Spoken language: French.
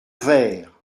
vert